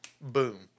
boom